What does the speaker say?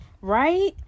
Right